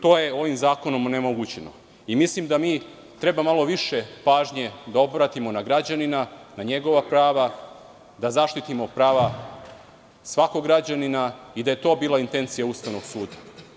To je ovim zakonom onemogućeno i mislim da treba malo više pažnje da obratimo na građanina, na njegova prava, da zaštitimo prava svakog građanina i da je to bila intencija Ustavnog suda.